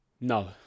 No